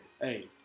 hey